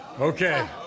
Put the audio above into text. okay